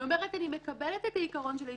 היא אומרת שהיא מקבלת את העיקרון של ההתיישנות,